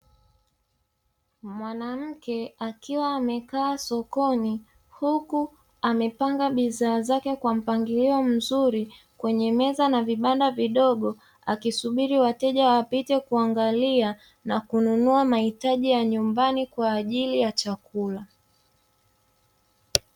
Mwanamke akiwa amekaa sokoni huku amepanga bidhaa zake kwa mpangilio mzuri kwenye meza na vibanda vidogo, akisubiri wateja wapite kuangalia na kununua mahitaji ya nyumbani kwa ajili ya chakula.